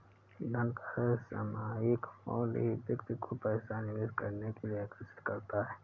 धन का सामायिक मूल्य ही व्यक्ति को पैसा निवेश करने के लिए आर्कषित करता है